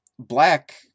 Black